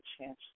chance